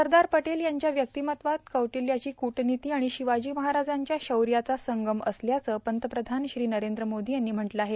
सरदार पटेल यांच्या व्यक्तिमत्त्वात कौटिल्याची कूटर्नीर्त र्आण र्शिवाजी महाराजांच्या शौऱ्याचा संगम असल्याचं पंतप्रधान श्री नरद्र मोर्दो यांनी म्हटलं आहे